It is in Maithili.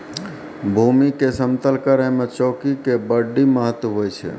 भूमी के समतल करै मे चौकी के बड्डी महत्व हुवै छै